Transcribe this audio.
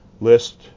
list